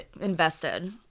invested